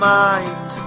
mind